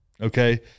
okay